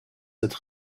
cette